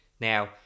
Now